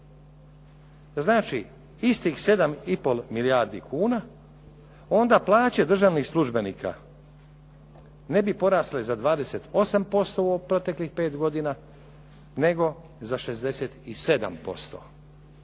znači istih 7,5 milijardi kuna onda plaće državnih službenika ne bi porasle za 28% u proteklih pet godina nego za 67%.